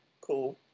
Cool